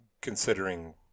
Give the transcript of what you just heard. considering